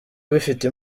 bifite